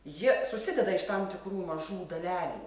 ji susideda iš tam tikrų mažų dalelių